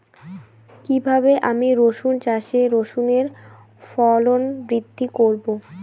কীভাবে আমি রসুন চাষে রসুনের ফলন বৃদ্ধি করব?